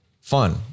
fun